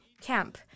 camp